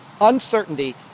uncertainty